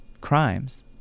crimes